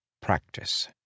Practice